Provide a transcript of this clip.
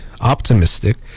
optimistic